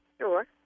Sure